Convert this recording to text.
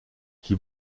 qui